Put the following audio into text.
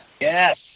Yes